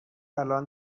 الان